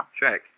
Check